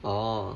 oh